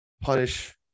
punish